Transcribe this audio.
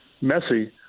messy